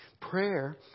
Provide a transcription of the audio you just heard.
Prayer